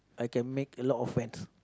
I can make a lot of friends